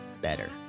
better